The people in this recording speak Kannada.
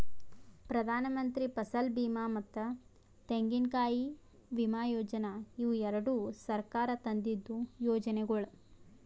ಪ್ರಧಾನಮಂತ್ರಿ ಫಸಲ್ ಬೀಮಾ ಮತ್ತ ತೆಂಗಿನಕಾಯಿ ವಿಮಾ ಯೋಜನೆ ಇವು ಎರಡು ಸರ್ಕಾರ ತಂದಿದ್ದು ಯೋಜನೆಗೊಳ್